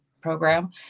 program